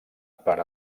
per